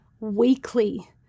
weekly